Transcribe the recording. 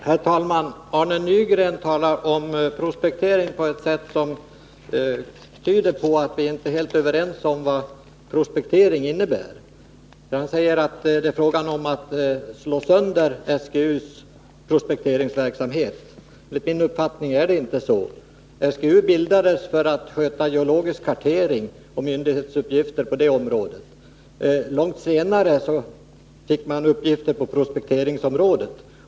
Herr talman! Arne Nygren talar om prospektering på ett sätt som tyder på att vi inte är helt överens om vad prospektering innebär. Han säger att det är fråga om att slå sönder SGU:s prospekteringsverksamhet. Enligt min uppfattning är det inte så. SGU bildades för att sköta geologisk kartering och handha myndighets uppgifter på det området. Långt senare fick man uppgifter på prospekteringsområdet.